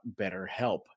BetterHelp